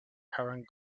having